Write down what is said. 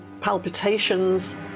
palpitations